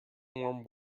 warm